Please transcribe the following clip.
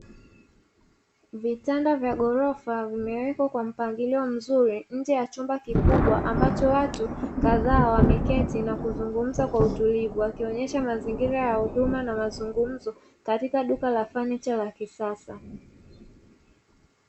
Vitanda vya ghorofa vimewekwa kwa mpangilio mzuri nje ya chumba kikubwa, ambacho watu kadhaa wameketi na kuzungumza kwa utulivu. Wakionyesha mazingira ya huduma na mazungumzo katika duka la fanicha la kisasa.